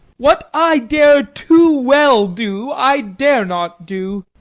what i dare too well do, i dare not do.